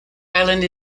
island